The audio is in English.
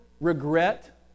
regret